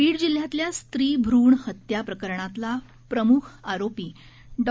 बीड जिल्ह्यातल्या स्त्रीभ्रूण हत्या प्रकरणातला प्रम्ख आरोपी डॉ